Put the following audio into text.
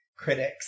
Critics